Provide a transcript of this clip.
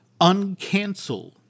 uncancel